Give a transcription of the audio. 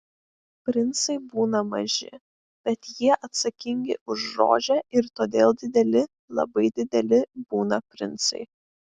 princai būna maži bet jie atsakingi už rožę ir todėl dideli labai dideli būna princai